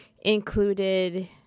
included